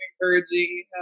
encouraging